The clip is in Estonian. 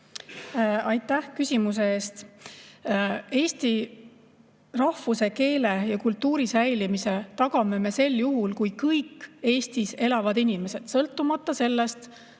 Aitäh küsimuse eest! Eesti rahvuse, keele ja kultuuri säilimise me tagame sel juhul, kui kõik Eestis elavad inimesed – sõltumata sellest,